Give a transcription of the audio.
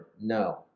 No